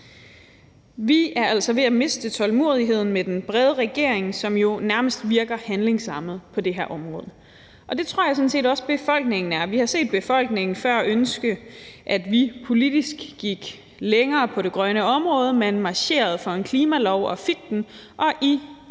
Vi er altså ved at miste tålmodigheden med den brede regering, som jo nærmest virker handlingslammet på det her område, og det tror jeg sådan set også befolkningen er. Vi har før set befolkningen ønske, at vi politisk gik længere på det grønne område. Man marcherede for en klimalov og fik den, og i den